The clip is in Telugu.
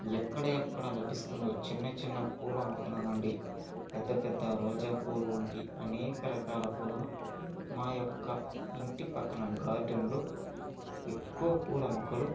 ఎక్కడెక్కడ లభిస్తుందో చిన్నచిన్న పూల మొక్కల నుండి పెద్ద పెద్ద రోజాపూలు ఉంటి అనేక రకాల పూలను మా యొక్క ఇంటి పక్కన గార్డెన్ లో ఎక్కువ పూల మొక్కలు